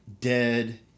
dead